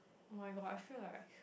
oh-my-God I feel like